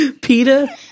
PETA